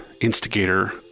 instigator